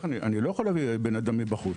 אני לא יכול להביא בן אדם מבחוץ.